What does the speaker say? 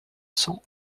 cents